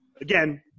again